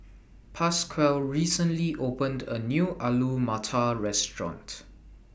Pasquale recently opened A New Alu Matar Restaurant